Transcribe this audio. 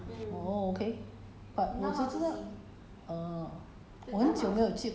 会有 uh orh will will have [one] !huh! orh okay